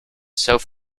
self